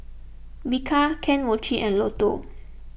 Bika Kane Mochi and Lotto